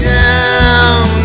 down